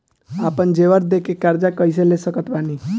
आपन जेवर दे के कर्जा कइसे ले सकत बानी?